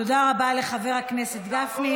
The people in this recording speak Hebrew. תודה רבה לחבר הכנסת גפני.